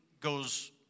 goes